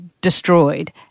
destroyed